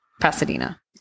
Pasadena